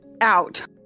out